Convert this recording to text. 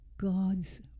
God's